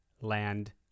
land